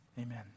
Amen